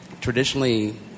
traditionally